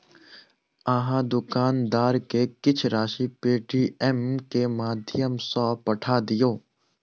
अहाँ दुकानदार के किछ राशि पेटीएमम के माध्यम सॅ पठा दियौ